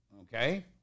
Okay